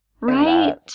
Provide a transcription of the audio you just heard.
Right